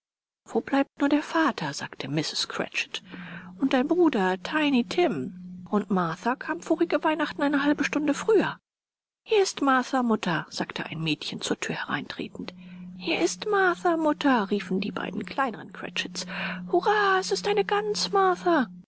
wo bleibt nur der vater sagte mrs cratchit und dein bruder tiny tim und martha kam vorige weihnachten eine halbe stunde früher hier ist martha mutter sagte ein mädchen zur thür hereintretend hier ist martha mutter riefen die beiden kleinen cratchits hurra das ist eine gans